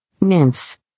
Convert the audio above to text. nymphs